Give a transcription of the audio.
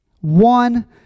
One